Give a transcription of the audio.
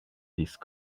these